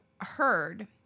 heard